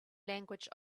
language